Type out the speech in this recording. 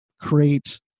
create